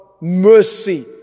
mercy